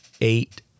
eight